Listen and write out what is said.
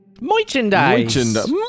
merchandise